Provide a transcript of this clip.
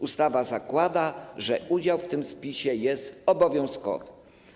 Ustawa zakłada, że udział w tym spisie jest obowiązkowy.